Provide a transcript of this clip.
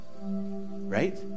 right